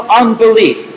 unbelief